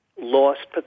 lost